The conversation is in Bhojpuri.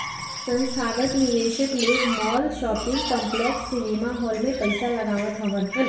संथागत निवेशक लोग माल, शॉपिंग कॉम्प्लेक्स, सिनेमाहाल में पईसा लगावत हवन